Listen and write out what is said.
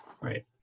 Right